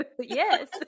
yes